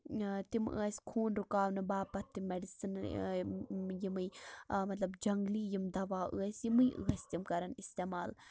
تِم ٲسۍ خوٗن رُکاونہٕ باپَتھ تہِ میڈِسَنٕے یِمَے مطلب جَنگلی یِم دوا ٲسۍ یِمَے ٲسۍ تِم کران اِستعمال